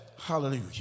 Hallelujah